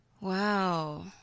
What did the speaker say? wow